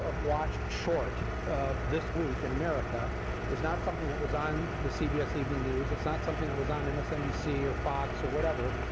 um watched short this week in america is not something that was on the cbs evening news. it's not something that was on and msnbc or fox or whatever.